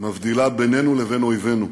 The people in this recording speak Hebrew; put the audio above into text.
מבדילה בינינו לבין אויבינו: